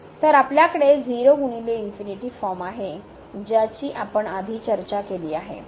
तर आपल्याकडे 0 ×∞ फॉर्म आहे ज्याची आपण आधी चर्चा केली आहे